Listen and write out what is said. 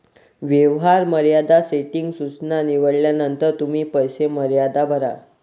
व्यवहार मर्यादा सेटिंग सूचना निवडल्यानंतर तुम्ही पैसे मर्यादा भरा